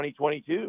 2022